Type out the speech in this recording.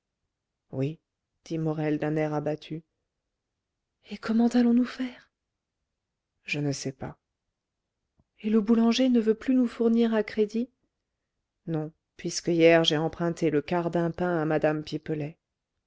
oui dit morel d'un air abattu et comment allons-nous faire je ne sais pas et le boulanger ne veut plus nous fournir à crédit non puisque hier j'ai emprunté le quart d'un pain à mme pipelet